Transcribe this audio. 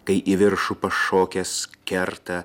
kai į viršų pašokęs kerta